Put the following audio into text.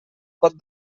pot